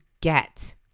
get